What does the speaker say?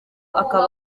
akaba